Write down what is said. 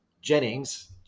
Jennings